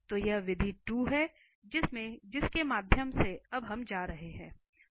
तो यह विधि 2 है जिसके माध्यम से हम अब जा रहे हैं